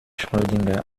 schrödinger